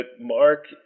Mark